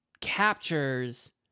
captures